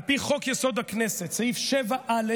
על פי חוק-יסוד: הכנסת, סעיף 7א,